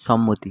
সম্মতি